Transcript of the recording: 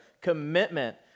commitment